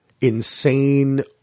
insane